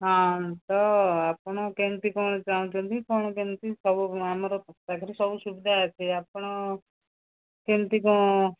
ହଁ ତ ଆପଣ କେମିତି କ'ଣ ଚାହୁଁଛନ୍ତି କ'ଣ କେମିତି ସବୁ ଆମର ପାଖରେ ସବୁ ସୁବିଧା ଅଛି ଆପଣ କେମିତି କ'ଣ